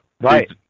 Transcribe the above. Right